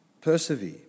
Persevere